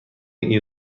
این